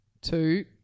Two